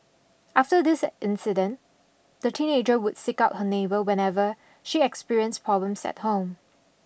after this incident the teenager would seek out her neighbour whenever she experienced problems at home